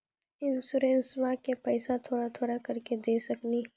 इंश्योरेंसबा के पैसा थोड़ा थोड़ा करके दे सकेनी?